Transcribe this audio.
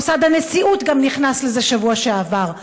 גם מוסד הנשיאות נכנס לזה בשבוע שעבר.